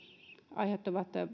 aiheuttavat